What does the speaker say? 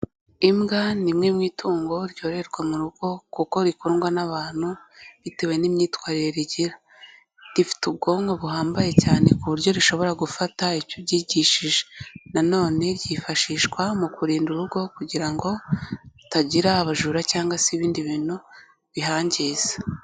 Imbwa ni imwe mu itungo ryororerwa mu rugo kuko rikundwa n'abantu bitewe n'imyitwarire rigira, rifite ubwonko buhambaye cyane ku buryo rishobora gufata icyo uryigishije, nanone ryifashishwa mu kurinda urugo kugira ngo hatagira abajura cyangwa se ibindi bintu bihangiza.